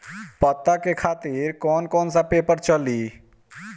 पता के खातिर कौन कौन सा पेपर चली?